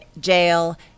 jail